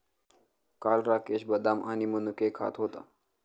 काल राकेश बदाम आणि मनुके खात होता